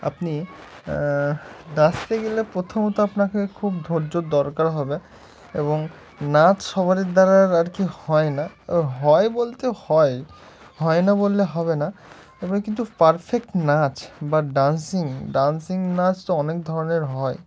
আপনি নাচতে গেলে প্রথমত আপনাকে খুব ধৈর্যর দরকার হবে এবং নাচ সবার দ্বারা আর কি হয় না ও হয় বলতে হয় হয় না বললে হবে না তবে কিন্তু পারফেক্ট নাচ বা ডান্সিং ডান্সিং নাচ তো অনেক ধরনের হয়